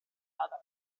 other